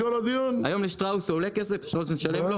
היום לשטראוס הוא עולה כסף, שטראוס משלמת לו?